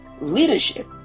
leadership